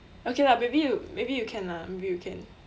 okay lah maybe you maybe you can lah maybe you can